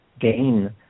gain